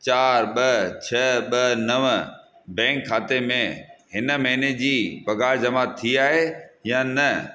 चार ॿ छ्ह ॿ नव बैंक खाते में हिन महिने जी पघारु जमा थी आहे या न